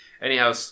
anyhow